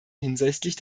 hinsichtlich